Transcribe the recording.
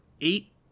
eight